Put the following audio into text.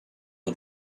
for